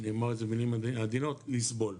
אני אומר במילים עדינות לסבול.